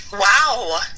Wow